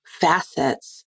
facets